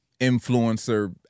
influencer